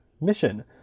mission